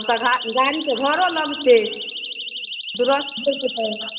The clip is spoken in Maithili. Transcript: तऽ गाड़ी गाड़ीके भाड़ो लगतै होइके चाही